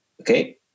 okay